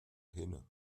hinne